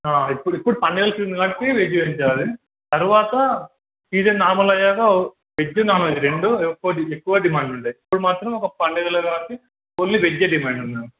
ఇప్పుడు ఇప్పుడు పండగలు సీజన్ కాబట్టి వెజ్ చేయించాలి తర్వాత ఇదే నార్మల అయ్యాక వెజ్జ్ నాన్వెజ్ రెండు ఎక్వ ఎక్కువ డిమాండ్ ఉండే ఇప్పుడు మాత్రం ఒక పండగల కాబట్టి ఓన్లీ వెజ్జే డిమాండ్ ఉన్నాది